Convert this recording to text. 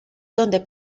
donde